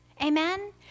Amen